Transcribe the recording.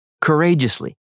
courageously